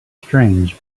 strange